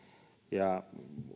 ja